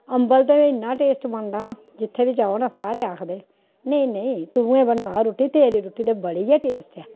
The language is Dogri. अम्बल ते में इन्ना टेस्ट बनदा ना जित्थै बी जाओ ना सारे आखदे नेईं नेईं तूं गै बनाऽ रुट्टी तेरी रुट्टी ते बड़ी गै टेस्ट ऐ